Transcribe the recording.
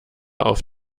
auf